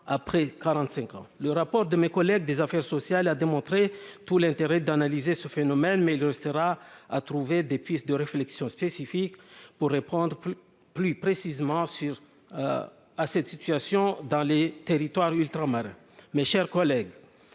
après 45 ans, le rapport de mes collègues des Affaires sociales a démontré tout l'intérêt d'analyser ce phénomène mais le restera à trouver des pistes de réflexion spécifique, pourrait prendre plus plus précisément sur à cette situation dans les territoires ultramarins, mes chers collègues,